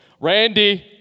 Randy